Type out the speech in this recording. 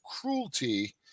cruelty